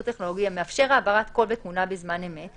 טכנולוגי המאפשר העברת קול ותמונה בזמן אמת,